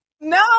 no